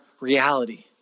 reality